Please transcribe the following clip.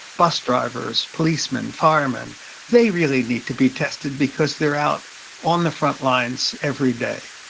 bus drivers, policemen, firemen they really need to be tested because they're out on the front lines every day.